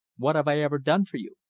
what have i ever done for you?